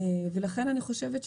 ולכן אני חושבת,